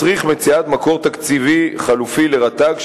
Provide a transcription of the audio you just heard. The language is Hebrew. מצריך מציאת מקור תקציבי חלופי לרט"ג,